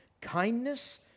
kindness